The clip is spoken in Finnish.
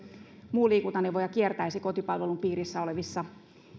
muu liikuntaneuvoja kiertäisi kotipalvelun piirissä